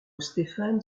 stephan